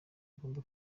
ugomba